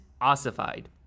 ossified